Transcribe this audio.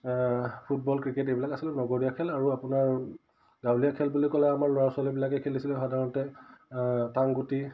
football cricket এইবিলাক আছিলে নগৰীয়া খেল আৰু আপোনাৰ গাঁৱলীয়া খেল বুলি ক'লে আমাৰ ল'ৰা ছোৱালীবিলাকে খেলিছিলে সাধাৰণতে টাং গুটি